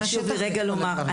חשוב לי רגע לומר,